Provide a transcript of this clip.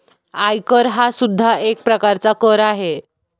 आयकर हा सुद्धा एक प्रकारचा कर आहे